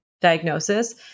diagnosis